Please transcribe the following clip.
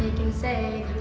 can say